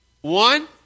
one